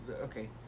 okay